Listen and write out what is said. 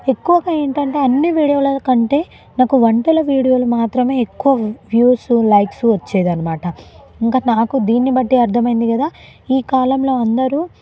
ఎక్కువగా ఏంటంటే అన్ని వీడియోల కంటే నాకు వంటల వీడియోలు మాత్రమే ఎక్కువ వ్యూస్ లైక్స్ వచ్చేదన్నమాట ఇంకా నాకు దీన్ని బట్టి అర్థమైంది కదా ఈ కాలంలో అందరూ